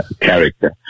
character